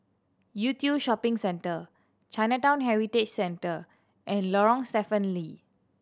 Yew Tee Shopping Centre Chinatown Heritage Centre and Lorong Stephen Lee